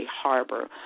harbor